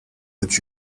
that